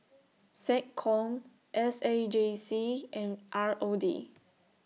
Seccom S A J C and R O D